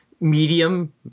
medium